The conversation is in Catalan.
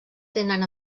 tenen